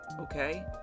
Okay